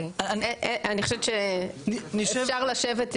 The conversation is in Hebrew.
אני חושבת שאפשר לשבת,